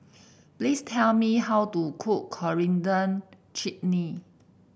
please tell me how to cook Coriander Chutney